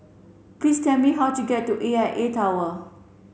please tell me how to get to A I A Tower